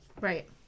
Right